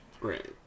Right